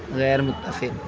غیرمتفق